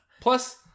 Plus